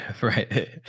Right